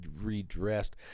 redressed